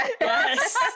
Yes